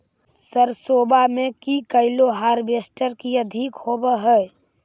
सरसोबा मे की कैलो हारबेसटर की अधिक होब है?